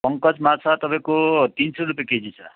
पङ्कज माछा तपाईँको तिन सय रुपियाँ केजी छ